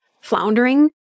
floundering